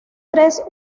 tres